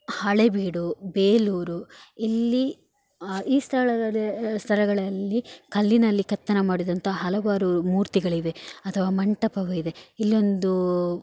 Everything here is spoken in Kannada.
ಹಳೇಬೀಡು ಬೇಲೂರು ಇಲ್ಲಿ ಈ ಸ್ಥಳ ಸ್ಥಳಗಳಲ್ಲಿ ಕಲ್ಲಿನಲ್ಲಿ ಕೆತ್ತನೆ ಮಾಡಿದಂಥ ಹಲವಾರು ಮೂರ್ತಿಗಳಿವೆ ಅಥವಾ ಮಂಟಪವಿದೆ ಇಲ್ಲೊಂದು